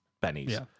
Benny's